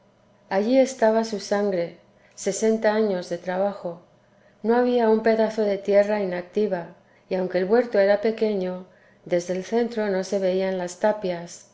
allí estaba su sangre sesenta años de trabajo no había un pedazo de tierra inactiva y aunque el huerto era pequeño desde el centro no se veían las tapias